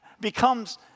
becomes